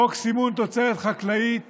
חוק סימון תוצרת חקלאית